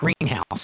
Greenhouse